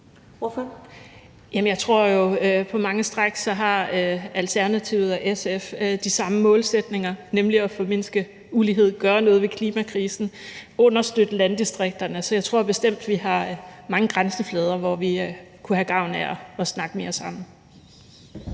jeg tror jo, at på mange stræk har Alternativet og SF de samme målsætninger, nemlig at formindske uligheden, gøre noget ved klimakrisen, understøtte landdistrikterne. Så jeg tror bestemt, vi har mange grænseflader, hvor vi kunne have gavn af at snakke mere sammen.